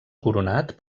coronat